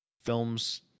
films